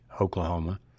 Oklahoma